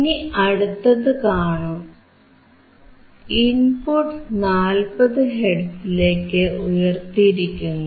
ഇനി അടുത്തതു കാണൂ ഇൻപുട്ട് 40 ഹെർട്സിലേക്ക് ഉയർത്തിയിരിക്കുന്നു